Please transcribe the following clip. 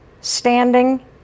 standing